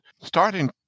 starting